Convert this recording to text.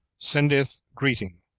sendeth greeting.